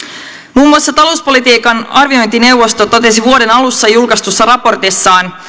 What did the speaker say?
muun muassa talouspolitiikan arviointineuvosto totesi vuoden alussa julkaistussa raportissaan